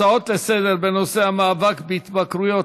הצעה לסדר-היום בנושא המאבק בהתמכרויות